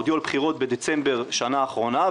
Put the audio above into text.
הודיעו על בחירות בדצמבר שנה אחרונה,